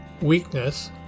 weakness